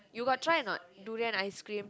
you got try or not durian ice cream